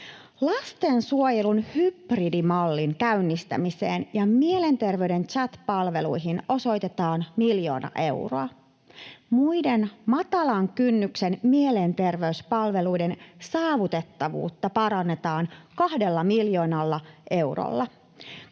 Lastensuojelun hybridimallin käynnistämiseen ja mielenterveyden chat-palveluihin osoitetaan miljoona euroa. Muiden matalan kynnyksen mielenterveyspalveluiden saavutettavuutta parannetaan kahdella miljoonalla eurolla.